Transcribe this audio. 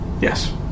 Yes